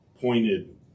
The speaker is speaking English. pointed